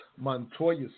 Montoya